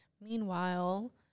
meanwhile